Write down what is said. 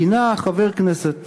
כינה חבר הכנסת